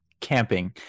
camping